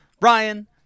Ryan